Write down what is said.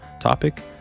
topic